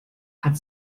hat